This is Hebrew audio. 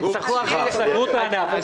סגרו את הענף.